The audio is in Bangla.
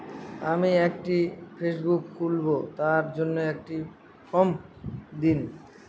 আমি একটি ফেসবুক খুলব তার জন্য একটি ফ্রম দিন?